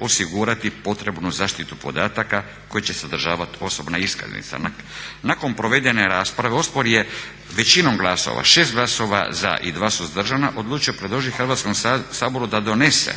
osigurati potrebnu zaštitu podataka koje će sadržavati osobna iskaznica. Nakon provedene rasprave Odbor je većinom glasova, 6 glasova za i 2 suzdržana odlučio predložiti Hrvatskom saboru da donese